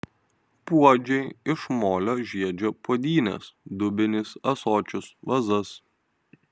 puodžiai iš molio žiedžia puodynes dubenis ąsočius vazas